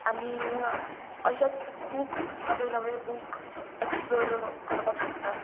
आनी अशेंत खूब नवे नवे बूक एक्सप्लोर करपाक शकता